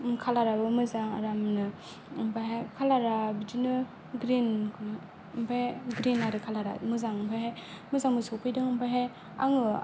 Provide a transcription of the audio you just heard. कालारआबो मोजां आरामनो ओमफायहाय कालरा बिदिनो ग्रीन ओमफ्राय ग्रीन आरो कालारआ ओमफायहाय मोजांबो सफैदों ओमफायहाय आङो